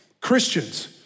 Christians